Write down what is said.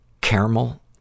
caramel